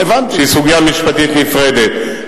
שזאת סוגיה משפטית נפרדת.